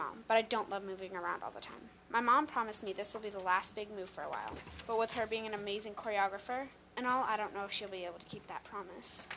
mom but i don't love moving around all the time my mom promised me this will be the last big move for a while but with her being an amazing choreographer and all i don't know if she'll be able to keep that promise